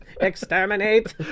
exterminate